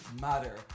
matter